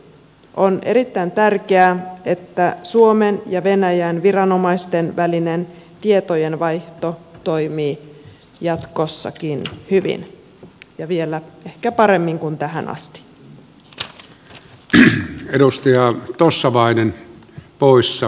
on erittäin tärkeää että suomen ja venäjän viranomaisten välinen tietojenvaihto toimii jatkossakin hyvin ja vielä ehkä paremmin kuin tähän asti